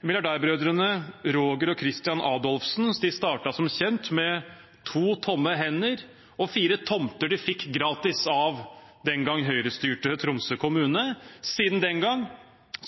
og Kristian Adolfsen startet som kjent med to tomme hender og fire tomter de fikk gratis av den gang Høyre-styrte Tromsø kommune. Siden den gang